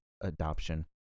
adoption